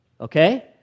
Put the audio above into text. okay